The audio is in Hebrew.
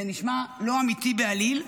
זה נשמע לא אמיתי בעליל,